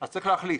אז צריך להחליט.